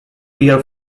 fear